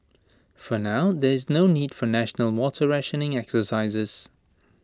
for now there is no need for national water rationing exercises